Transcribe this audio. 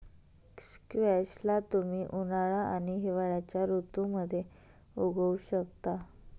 squash ला तुम्ही उन्हाळा आणि हिवाळ्याच्या ऋतूमध्ये उगवु शकता